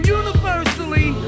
universally